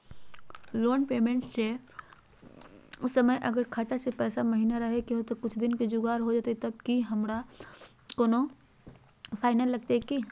Loan payment के समय अगर खाता में पैसा महिना रहै और कुछ दिन में जुगाड़ हो जयतय तब की हमारा कोनो फाइन लगतय की?